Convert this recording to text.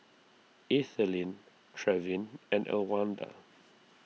Ethelene Trevin and Elwanda